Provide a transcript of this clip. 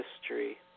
history